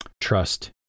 Trust